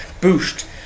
boost